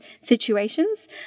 situations